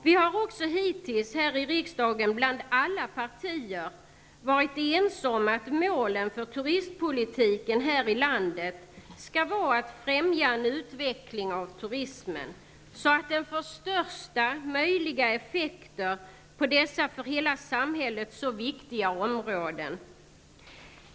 Vi har också hittills i riksdagen, bland alla partier, varit ense om att målen för turistpolitiken här i landet skall vara att främja en utveckling av turismen, så att den får största möjliga effekter på dessa för hela samhället så viktiga områden.